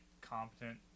competent